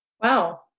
Wow